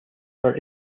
her